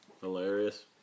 Hilarious